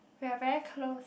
we are very close